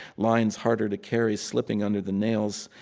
lines harder to carry slipping under the nails.